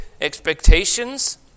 expectations